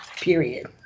period